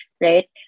right